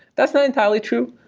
that's not entirely true.